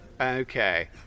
Okay